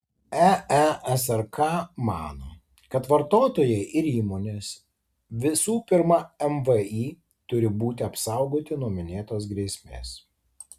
eesrk mano kad vartotojai ir įmonės visų pirma mvį turi būti apsaugoti nuo minėtos grėsmės